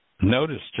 Notice